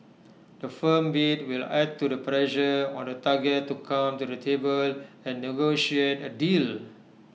the firm bid will add to the pressure on the target to come to the table and negotiate A deal